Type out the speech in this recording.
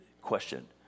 question